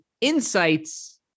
insights